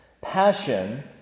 Passion